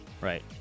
Right